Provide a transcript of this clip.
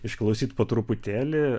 išklausyti po truputėlį